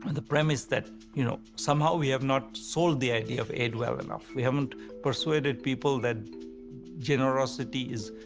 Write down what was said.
and the premise that you know, somehow we have not sold the idea of aid well enough, we haven't persuaded people that generosity is,